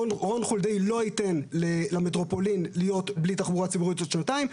רון חולדאי לא ייתן למטרופולין להיות בלי תחבורה ציבורית עוד שנתיים,